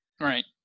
Right